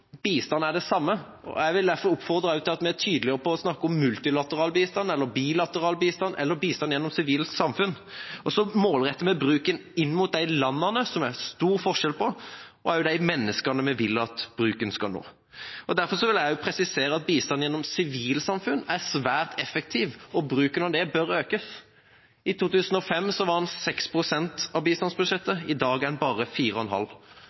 bistand er det samme over alt. Jeg vil oppfordre til at vi også er tydelige på å snakke om multilateral bistand, bilateral bistand eller bistand gjennom sivile samfunn. Så målretter vi bruken inn mot de landene som det er stor forskjell på, og også mot de menneskene vi vil at hjelpen skal nå. Derfor vil jeg også presisere at bistand gjennom sivilsamfunn er svært effektiv, og bruken av det bør økes. I 2005 var den 6 pst. av bistandsbudsjettet, i dag er den bare 4,5